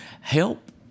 help